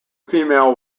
female